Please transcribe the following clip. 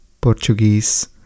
Portuguese